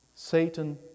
Satan